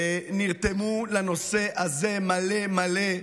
שנרתמו לנושא הזה מלא מלא.